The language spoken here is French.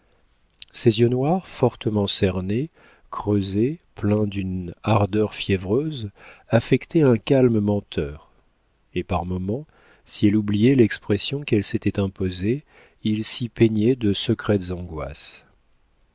ses yeux noirs fortement cernés creusés pleins d'une ardeur fiévreuse affectaient un calme menteur et par moments si elle oubliait l'expression qu'elle s'était imposée il s'y peignait de secrètes angoisses